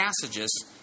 passages